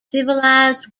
civilized